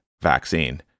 vaccine